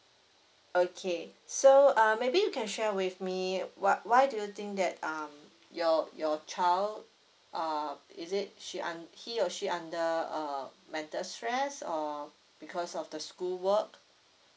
okay so err maybe you can share with me why why do you think that um your your child err is it she unhappy or she under a mental stress or because of the school work